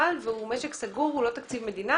החשמל והוא משק סגור ולא תקציב מדינה